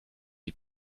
die